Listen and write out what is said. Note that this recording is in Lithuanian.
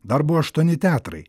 dar buvo aštuoni teatrai